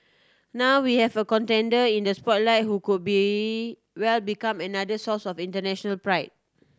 now we have a contender in the spotlight who could be well become another source of international pride